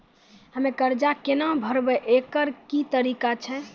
हम्मय कर्जा केना भरबै, एकरऽ की तरीका छै?